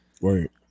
Right